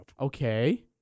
okay